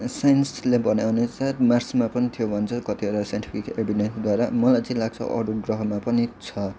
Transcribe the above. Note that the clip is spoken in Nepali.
साइन्सले भने अनुसार मार्समा पनि थियो भन्छ कतिवटा साइन्टिफिक एभिटेन्सद्वारा मलाई चाहिँ लाग्छ अरू ग्रहमा पनि छ